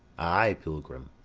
ay, pilgrim,